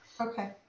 okay